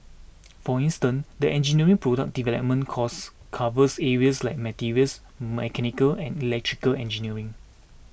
for instance the engineering product development course covers areas like materials mechanical and electrical engineering